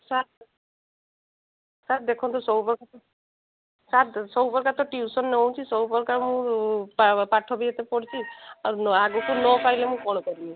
sir sir ଦେଖନ୍ତୁ ସବୁପ୍ରକାର sir ସବୁପ୍ରକାର ତ ଟିଉସନ୍ ନେଉଛି ସବୁପ୍ରକାର ମୁଁ ପାଠ ବି ଏତେ ପଢ଼ିଛି ଆଗକୁ ନ ପାଇଲେ ମୁଁ କ'ଣ କରିବି